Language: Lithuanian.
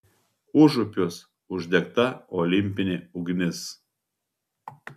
užupiuos uždegta olimpinė ugnis